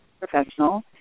professional